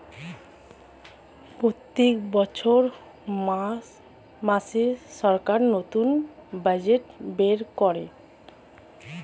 প্রত্যেক বছর মার্চ মাসে সরকার নতুন বাজেট বের করে